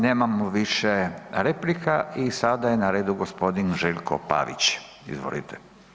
Nemamo više replika i sada je na redu g. Željko Pavić, izvolite.